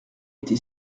été